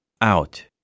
out